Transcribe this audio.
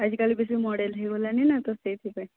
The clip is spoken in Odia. ଆଜିକାଲି ବେଶି ମଡ଼ର୍ଣ୍ଣ ହେଇଗଲାଣି ନା ସେଇଥିପାଇଁ